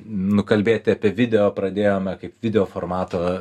nu kalbėti apie video pradėjome kaip video formato